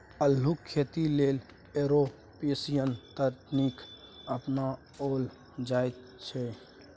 अल्लुक खेती लेल एरोपोनिक्स तकनीक अपनाओल जाइत छै